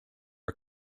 are